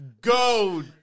Go